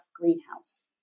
greenhouse